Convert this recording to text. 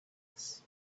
curse